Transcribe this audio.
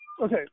Okay